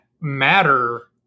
matter